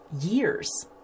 years